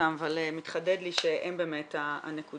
אותם אבל מתחדד לי שהם באמת הנקודה.